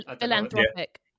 Philanthropic